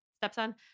stepson